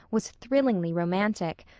was thrillingly romantic.